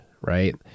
right